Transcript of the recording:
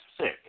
sick